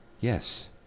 Yes